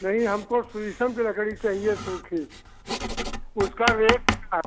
नहीं हमको शीशम की लकड़ी चाहिए सूखी उसका रेट क्या है